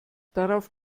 darauf